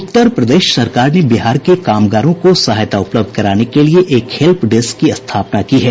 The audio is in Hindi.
उत्तर प्रदेश सरकार ने बिहार के कामगारों को सहायता उपलब्ध कराने के लिए एक हेल्प डेस्क की स्थापना की है